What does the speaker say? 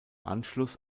anschluss